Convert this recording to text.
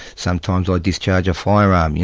sometimes i'd discharge a firearm, yeah